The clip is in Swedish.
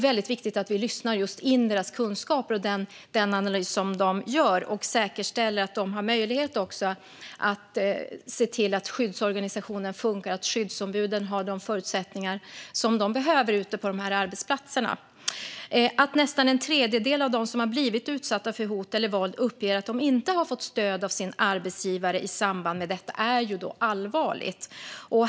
Vi måste ta del av den analys som de gör och se till att de har möjlighet att säkerställa att skyddsorganisationerna funkar och att skyddsombuden har de förutsättningar som de behöver ute på arbetsplatserna. Att nästan en tredjedel av dem som har blivit utsatta för hot eller våld uppger att de inte har fått stöd av sin arbetsgivare i samband med detta är allvarligt.